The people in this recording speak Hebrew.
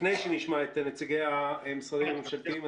לפני שנשמע את נציג המשרדים הממשלתיים,